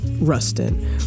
Rustin